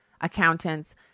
accountants